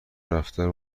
رفتار